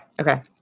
okay